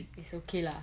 it's okay lah